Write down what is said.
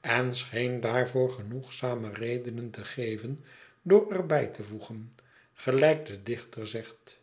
en scheen daarvoor genoegzame reden te geven door er bij te voegen gelijk de dichter zegt